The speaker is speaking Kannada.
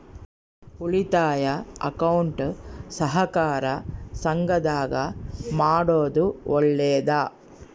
ಉಳಿತಾಯ ಅಕೌಂಟ್ ಸಹಕಾರ ಸಂಘದಾಗ ಮಾಡೋದು ಒಳ್ಳೇದಾ?